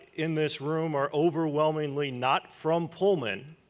in this room, are overwhelmingly not from pullman.